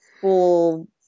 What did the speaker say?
full